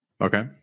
Okay